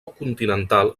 continental